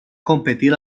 competir